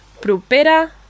propera